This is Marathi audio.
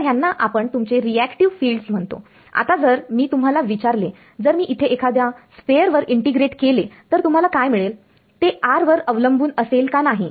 तर ह्यांना आपण तुमचे रिएक्टिव फिल्डस म्हणतो आता जर मी तुम्हाला विचारले जर मी इथे एखाद्या स्फेअर वर इंटिग्रेट केले तर तुम्हाला काय मिळेल ते r वर अवलंबून असेल का नाही